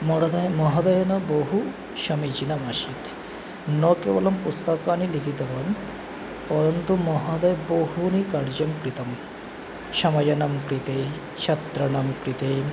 महोदयः महोदयेन बहु समीचीनम् आसीत् न केवलं पुस्तकानि लिखितवान् परन्तु महोदयः बहूनि कार्यं कृतं समयानां कृते छात्राणां कृते